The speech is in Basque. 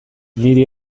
niri